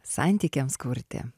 santykiams kurti